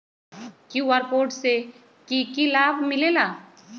QR code से कि कि लाव मिलेला?